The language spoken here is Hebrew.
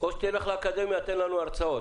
שתלך לאקדמיה ותיתן לנו שם הרצאות.